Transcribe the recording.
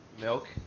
milk